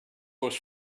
was